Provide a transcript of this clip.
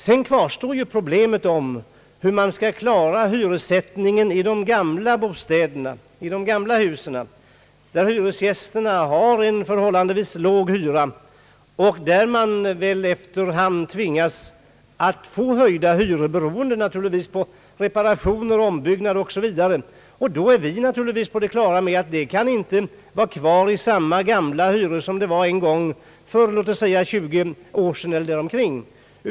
Sedan kvarstår ju problemet hur man skall klara hyressättningen i de gamla husen, där hyresgästerna har en förhållandevis låg hyra och där man väl efter hand tvingas att få höjda hyror beroende på reparation, ombyggnad osv. Då är vi naturligtvis på det klara med att hyrorna inte kan stå kvar vid samma nivå som en gång för låt oss säga tjugo år sedan.